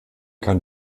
kann